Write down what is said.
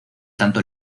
tanto